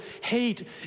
hate